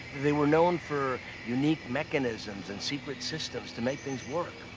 they were known for unique mechanisms and secret systems to make things work.